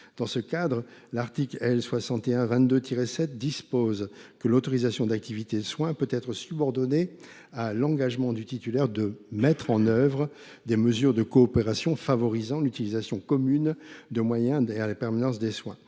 7 du code de la santé publique dispose que l’autorisation d’activité de soins peut « être subordonnée à l’engagement de mettre en œuvre des mesures de coopération favorisant l’utilisation commune de moyens et la permanence des soins